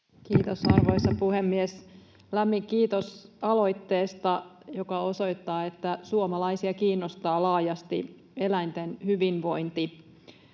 Content: Arvoisa puhemies! Lämmin kiitos aloitteesta, joka osoittaa, että suomalaisia kiinnostaa laajasti eläinten hyvinvointi